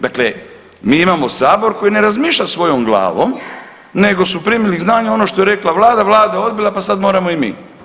Dakle, mi imamo Sabor koji ne razmišlja svojom glavom, nego su primili k znanju ono što je rekla Vlada, Vlada odbila pa sad moramo i mi.